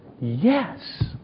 Yes